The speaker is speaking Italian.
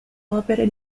opere